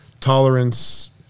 tolerance